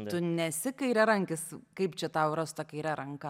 tu nesi kairiarankis kaip čia tau yra su ta kaire ranka